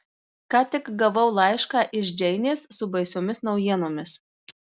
ką tik gavau laišką iš džeinės su baisiomis naujienomis